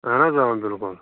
اَہَن حظ بِلکُل